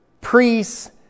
priests